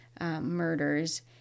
murders